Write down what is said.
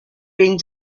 being